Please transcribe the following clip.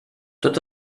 tot